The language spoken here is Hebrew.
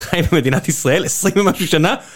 חיים במדינת ישראל 20 משהו שנה